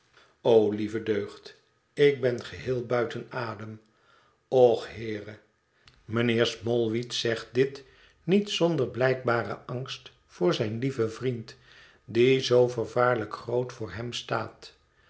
o lieve deugd ik ben geheel buiten adem och heere mijnheer smallweed zegt dit niet zonder blijkbaren angst voor zijn lieven vriend die zoo vervaarlijk groot voor hem staat